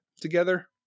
together